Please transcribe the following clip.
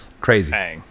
crazy